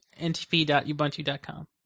NTP.Ubuntu.com